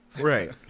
right